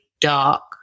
dark